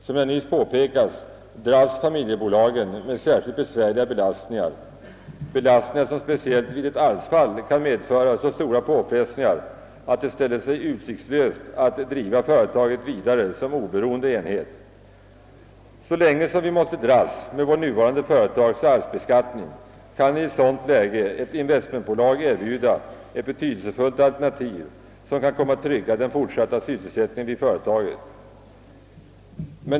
Som jag nyss påpekat dras familjebolagen med särskilt besvärliga belastningar, belastringar som speciellt vid ett arvsfall kan medföra så stora påfrestningar, att det ställer sig utsiktslöst att driva företaget vidare som oberoende enhet. Så länge som vi måste dras med vår nuvarande företagsoch arvsbeskattning kan i ett sådant läge ett investmentbolag erbjuda ett betydelsefullt alternativ som kan trygga den fortsatta sysselsättningen vid företaget.